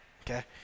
okay